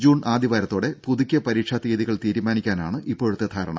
June ആദ്യവാരത്തോടെ പുതുക്കിയ പരീക്ഷാ തീയതികൾ തീരുമാനിക്കാനാണ് ഇപ്പോഴത്തെ ധാരണ